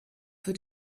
für